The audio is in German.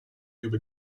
über